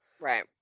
Right